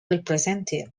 represented